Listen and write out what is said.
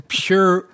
pure